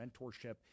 mentorship